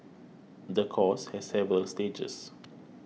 the course has several stages